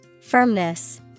Firmness